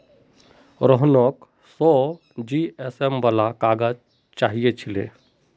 रोहनक सौ जीएसएम वाला काग़ज़ चाहिए छिले